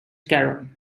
caron